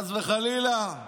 חס וחלילה,